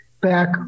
back